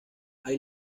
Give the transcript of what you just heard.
hay